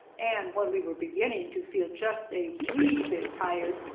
and when we were beginning to feel just a wee bit tired,